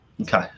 Okay